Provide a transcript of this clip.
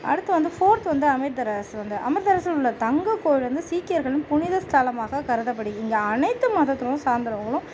அடுத்து வந்து ஃபோர்த்து வந்து அமிர்தராஸ் தான் அமிர்தராஸில் தங்க கோவில் வந்து சீக்கியர்களின் புனித ஸ்தலமாக கருதப்படுது இங்கே அனைத்து மதத்துவமும் சார்ந்தவங்களும்